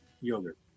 yogurt